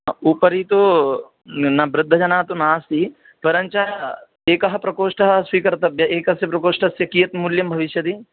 उपरि तु न वृद्धजनाः तु नास्ति परञ्च एकः प्रकोष्ठः स्वीकर्तव्यः एकस्य प्रकोष्ठस्य कियत् मूल्यं भविष्यति